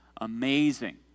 Amazing